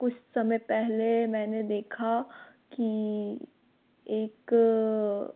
कुछ समय पहले मैंने देखा कि एक